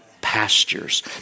pastures